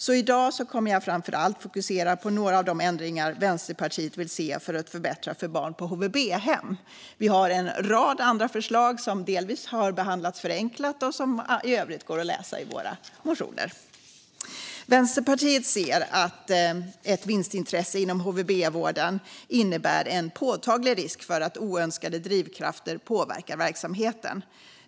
I dag kommer jag framför allt att fokusera på några av de ändringar Vänsterpartiet vill se för att förbättra för barn på HVB-hem. Vi har en rad andra förslag som delvis har behandlats förenklat och som i övrigt går att läsa i våra motioner. Vänsterpartiet ser att ett vinstintresse inom HVB-vården innebär en påtaglig risk för att oönskade drivkrafter påverkar verksamheten.